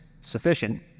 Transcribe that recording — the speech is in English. sufficient